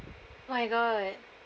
my god